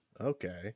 Okay